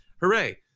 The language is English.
hooray